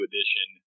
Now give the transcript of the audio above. Edition